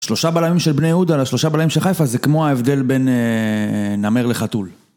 שלושה בלמים של בני יהודה, לשלושה בלמים של חיפה זה כמו ההבדל בין נמר לחתול.